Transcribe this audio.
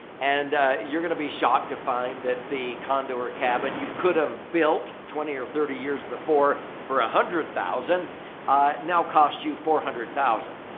and you're going to be shocked to find that the condo or cabin you could have built twenty or thirty years before for one ah hundred thousand now cost you four hundred thousand.